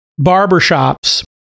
barbershops